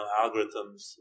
algorithms